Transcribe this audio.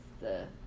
the-